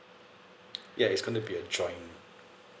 ya it's going to be a joint